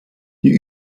die